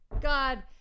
God